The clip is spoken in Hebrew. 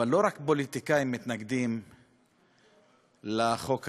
אבל לא רק פוליטיקאים מתנגדים לחוק הזה,